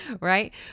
right